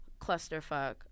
clusterfuck